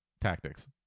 tactics